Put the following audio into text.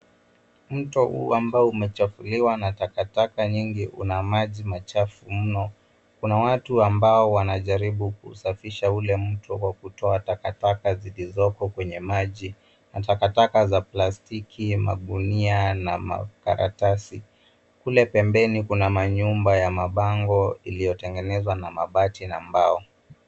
Mtu huu amabo umechafuliwa na takataka nyingi una maji machafu mno, kuna watu ambao wanajaribu kusafisha ule mto kwa kutoa takataka zilizopo kwenye maji na takataka za plastiki, magunia na makaratasi. kule pembeni kuna manyumba ya mabango iliyotengenezwa na mabati na mbao